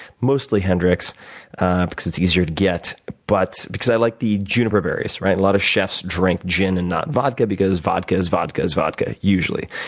mostly hendricks because it's easier to get, but because i like the juniper berries, right? a lot of chefs drink gin and not vodka because vodka is vodka is vodka, usually.